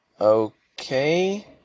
Okay